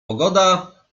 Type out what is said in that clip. pogoda